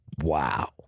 Wow